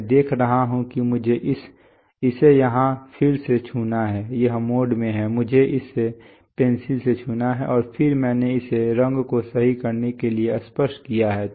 मैं देख रहा हूं कि मुझे इसे यहां फिर से छूना है यह मोड में है मुझे इसे पेंसिल से छूना है और फिर मैंने इसे रंग को सही करने के लिए स्पर्श किया है